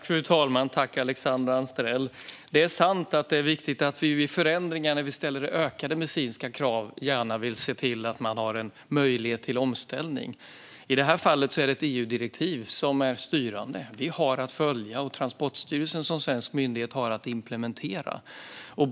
Fru talman! Tack för frågan, Alexandra Anstrell! Det är sant att det är viktigt att vi vid förändringar då vi ställer ökade medicinska krav gärna vill se till att man har en möjlighet till omställning. I det här fallet är det ett EU-direktiv som är styrande. Vi har att följa det, och Transportstyrelsen som svensk myndighet har att implementera det.